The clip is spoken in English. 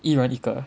一人一个